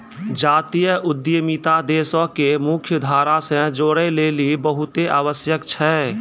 जातीय उद्यमिता देशो के मुख्य धारा से जोड़ै लेली बहुते आवश्यक छै